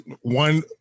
one